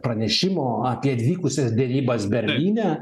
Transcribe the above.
pranešimo apie vykusias derybas berlyne